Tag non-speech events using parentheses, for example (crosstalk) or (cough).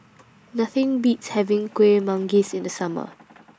Nothing Beats having Kueh Manggis (noise) in The Summer (noise)